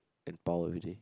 and pau everyday